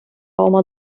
oma